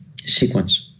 sequence